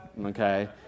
Okay